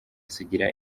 sugira